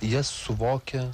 jas suvokia